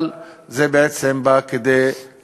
אבל זה בעצם בא כדי